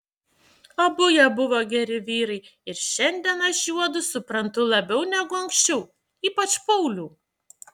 abu jie buvo geri vyrai ir šiandien aš juodu suprantu labiau negu anksčiau ypač paulių